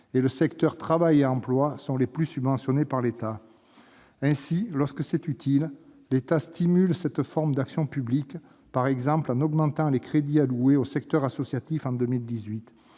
» et « Travail et emploi » sont les plus subventionnés par l'État. Ainsi, lorsque c'est utile, l'État stimule cette forme d'action publique, par exemple en augmentant les crédits alloués au secteur associatif en 2018.